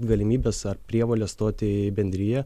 galimybės ar prievolės stoti į bendriją